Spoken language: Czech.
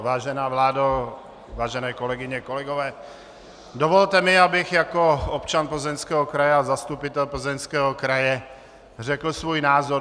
Vážená vládo, vážené kolegyně, kolegové, dovolte mi, abych jako občan Plzeňského kraje a zastupitel Plzeňského kraje řekl svůj názor.